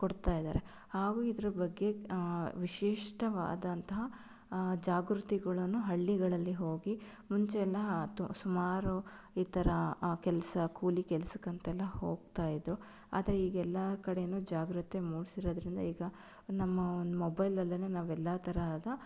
ಕೊಡ್ತಾ ಇದ್ದಾರೆ ಹಾಗೂ ಇದ್ರ ಬಗ್ಗೆ ವಿಶಿಷ್ಟವಾದಂತಹ ಜಾಗೃತಿಗಳನ್ನು ಹಳ್ಳಿಗಳಲ್ಲಿ ಹೋಗಿ ಮುಂಚೆಯೆಲ್ಲ ತು ಸುಮಾರು ಈ ಥರ ಕೆಲಸ ಕೂಲಿ ಕೆಲಸಕ್ಕಂತೆಲ್ಲ ಹೋಗ್ತಾ ಇದ್ದರು ಆದರೆ ಈಗ ಎಲ್ಲ ಕಡೆನೂ ಜಾಗೃತಿ ಮೂಡಿಸಿರೋದ್ರಿಂದ ಈಗ ನಮ್ಮ ಒಂದು ಮೊಬೈಲಲ್ಲೆನೇ ನಾವು ಎಲ್ಲ ತರಹದ